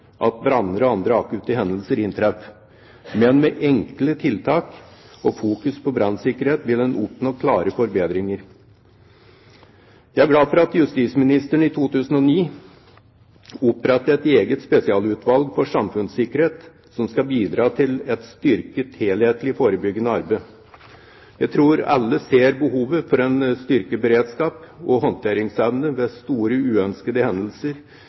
at branner og andre akutte hendelser inntreffer, men med enkle tiltak og fokus på brannsikkerhet vil en oppnå klare forbedringer. Jeg er glad for at justisministeren i 2009 opprettet et eget spesialutvalg for samfunnssikkerhet som skal bidra til et styrket helhetlig forebyggende arbeid. Jeg tror alle ser behovet for en styrket beredskap og håndteringsevne ved store uønskede hendelser